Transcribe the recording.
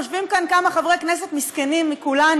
יושבים כאן כמה חברי כנסת מסכנים מכולנו,